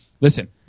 listen